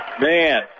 Man